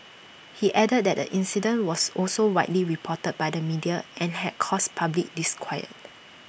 he added that the incident was also widely reported by the media and had caused public disquiet